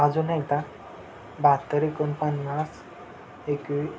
अजून एका बाहत्तर एकोणपन्नास एकवीस